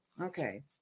Okay